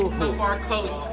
so far close,